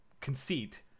conceit